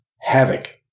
havoc